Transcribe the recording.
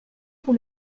pour